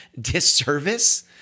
disservice